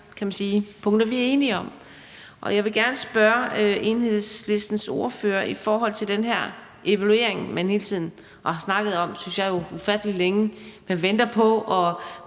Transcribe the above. haft mange punkter, vi er enige om. Jeg vil gerne spørge Enhedslistens ordfører til den her evaluering, man har snakket om, synes jeg, ufattelig længe, og som man venter på